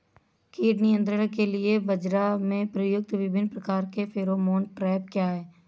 कीट नियंत्रण के लिए बाजरा में प्रयुक्त विभिन्न प्रकार के फेरोमोन ट्रैप क्या है?